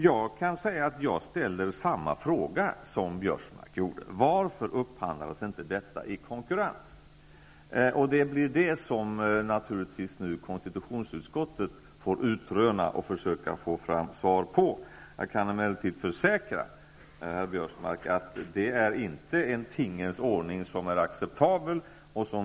Jag ställer samma fråga som Karl-Göran Biörsmark: Varför skedde inte upphandlingen i konkurrens? Det får konstitutionsutskottet utröna och försöka få fram svar på. Jag kan emellertid försäkra herr Biörsmark att det inte är en tingens ordning som är acceptabel.